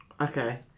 Okay